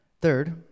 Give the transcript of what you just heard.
Third